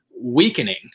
weakening